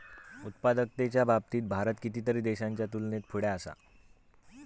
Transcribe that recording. उत्पादकतेच्या बाबतीत भारत कितीतरी देशांच्या तुलनेत पुढे असा